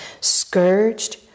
scourged